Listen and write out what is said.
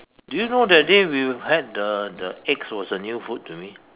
do you know that day we had the the eggs was a new food to me